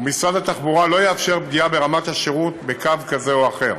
ומשרד התחבורה לא יאפשר פגיעה ברמת השירות בקו זה או אחר.